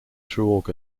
through